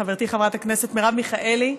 חברתי חברת הכנסת מרב מיכאלי.